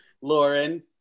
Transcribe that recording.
lauren